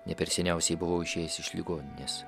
ne per seniausiai buvau išėjęs iš ligoninės